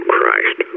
Christ